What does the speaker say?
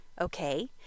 Okay